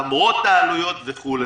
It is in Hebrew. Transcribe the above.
למרות העלויות וכו'